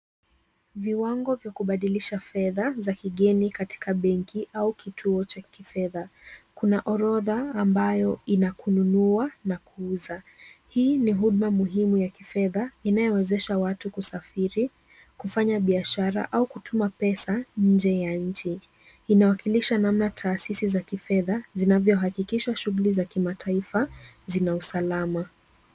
Viwango vya kubadilisha fedha za kigeni katika benki au kituo cha kifedha. Kuna orodha ambayo ina kununua na kuuza. Hii ni huduma muhimu ya kifedha, inayowezesha watu kusafiri, kufanya biashara, au kutuma pesa nje ya nchi. Inawakilisha namna taasisi za kifedha zinavyohakikisha shughuli za kimataifa zina usalama.